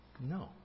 No